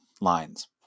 lines